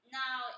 now